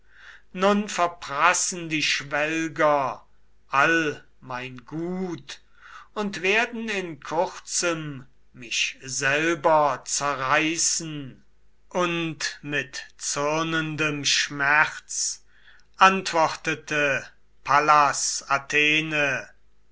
nun verprassen die schwelger all mein gut und werden in kurzem mich selber zerreißen und mit zürnendem schmerz antwortete pallas athene